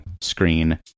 screen